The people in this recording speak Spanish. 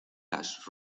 las